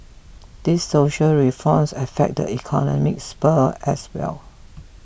these social reforms affect the economic sphere as well